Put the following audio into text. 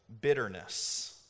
bitterness